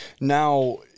Now